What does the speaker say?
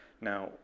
Now